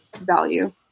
value